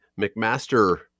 McMaster